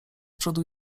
przodu